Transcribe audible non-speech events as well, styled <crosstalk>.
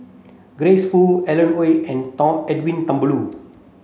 Grace Fu Alan Oei and <unintelligible> Edwin Thumboo